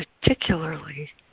particularly